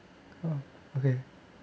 oh okay